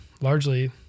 largely